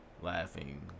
laughing